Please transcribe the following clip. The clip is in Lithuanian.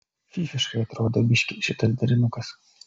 fyfiškai atrodo biškį šitas derinukas